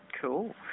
Cool